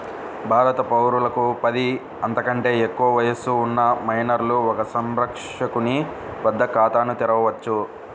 భారత పౌరులకు పది, అంతకంటే ఎక్కువ వయస్సు ఉన్న మైనర్లు ఒక సంరక్షకుని వద్ద ఖాతాను తెరవవచ్చు